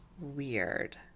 weird